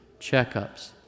checkups